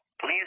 Please